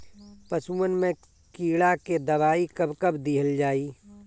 पशुअन मैं कीड़ा के दवाई कब कब दिहल जाई?